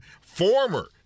former